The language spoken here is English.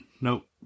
Nope